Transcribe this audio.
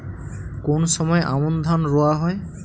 কোন সময় আমন ধান রোয়া হয়?